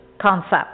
concept